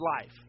life